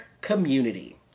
Community